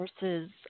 versus